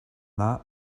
that